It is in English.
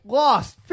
lost